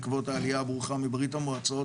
בעקבות העלייה הברוכה מברית המועצות,